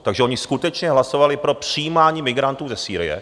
Takže oni skutečně hlasovali pro přijímání migrantů ze Sýrie.